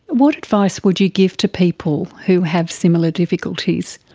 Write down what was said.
what advice would you give to people who have similar difficulties?